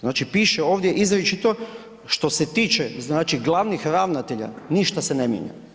Znači piše ovdje izričito što se tiče glavnih ravnatelja, ništa se ne mijenja.